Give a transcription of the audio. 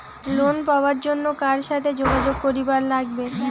Loan পাবার জন্যে কার সাথে যোগাযোগ করিবার লাগবে?